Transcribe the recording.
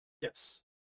yes